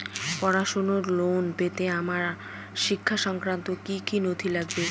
পড়াশুনোর লোন পেতে আমার শিক্ষা সংক্রান্ত কি কি নথি লাগবে?